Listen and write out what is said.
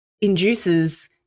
induces